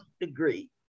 degree